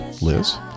Liz